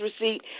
receipt